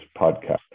podcast